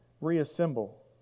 reassemble